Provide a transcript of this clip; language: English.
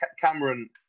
Cameron